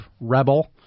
rebel